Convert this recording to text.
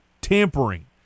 tampering